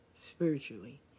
spiritually